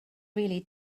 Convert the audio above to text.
really